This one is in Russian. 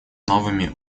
новыми